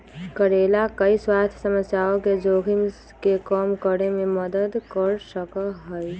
करेला कई स्वास्थ्य समस्याओं के जोखिम के कम करे में मदद कर सका हई